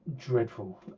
dreadful